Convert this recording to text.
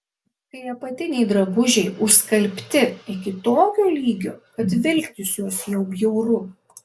kai apatiniai drabužiai užskalbti iki tokio lygio kad vilktis juos jau bjauru